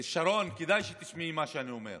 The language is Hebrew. שרון, כדאי שתשמעי מה שאני אומר.